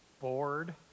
bored